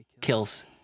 kills